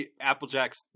Applejack's